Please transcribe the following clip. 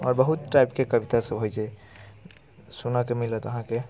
आओर बहुत टाइपके कवितासब होइ छै सुनऽके मिलत अहाँके